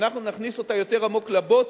אנחנו נכניס אותה יותר עמוק לבוץ,